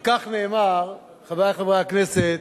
על כך נאמר, חברי חברי הכנסת: